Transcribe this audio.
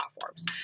platforms